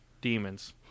demons